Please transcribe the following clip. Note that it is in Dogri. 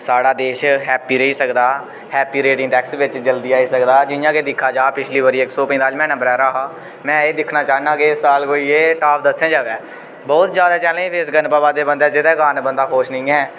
साढ़ा देश हैप्पी रेही सकदा हैप्पी रेटिंग टेस्ट बिच जल्दी आई सकदा जि'यां दिक्खा जा पिच्छली बारी इक सौ पंजतालीमें नंबरे पर हा में एह् दिक्खना चाह्न्नां कि इस साल कोई एह् टॉप दसें च आवै बहोत जादै चैलेंज फेस करने पोआ दे बंदे जेह्दे कारण बंदा खुश निं ऐ